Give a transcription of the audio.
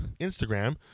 Instagram